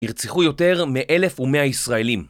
נרצחו יותר מאלף ומאה ישראלים